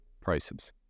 prices